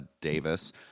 Davis